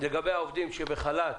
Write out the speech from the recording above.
לגבי העובדים שבחל"ת.